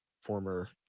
former